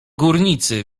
górnicy